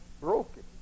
Broken